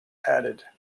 added